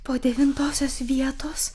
po devintosios vietos